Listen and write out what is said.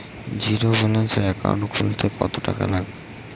Zero balance account খুলতে কত টাকা লাগে?